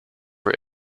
were